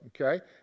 okay